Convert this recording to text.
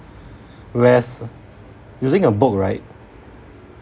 whereas using a book right